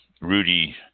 Rudy